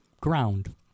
ground